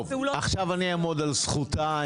עכשיו על זכותה.